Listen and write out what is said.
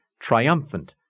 triumphant